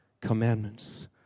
commandments